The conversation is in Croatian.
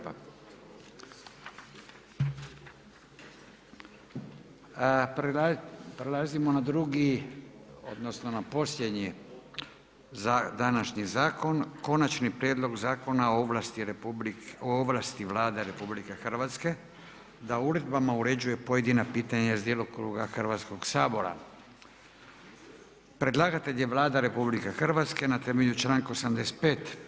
Prelazimo na drugi, odnosno na posljednji današnji Zakon. - Konačni prijedlog Zakona o ovlasti Vlade RH da uredbama uređuje pojedina pitanja iz djelokruga Hrvatskoga sabora; Predlagatelj je Vlada RH na temelju članka 85.